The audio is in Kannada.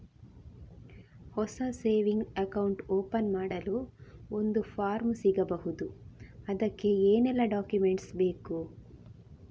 ಹೊಸ ಸೇವಿಂಗ್ ಅಕೌಂಟ್ ಓಪನ್ ಮಾಡಲು ಒಂದು ಫಾರ್ಮ್ ಸಿಗಬಹುದು? ಅದಕ್ಕೆ ಏನೆಲ್ಲಾ ಡಾಕ್ಯುಮೆಂಟ್ಸ್ ಬೇಕು?